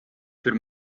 für